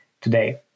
today